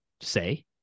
say